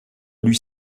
lui